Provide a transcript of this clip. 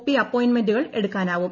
P അപ്പോയ്ന്റ്മെന്റുകൾ എടുക്കാനാവും